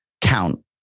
count